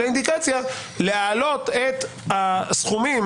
אלא אינדיקציה להעלות את הסכומים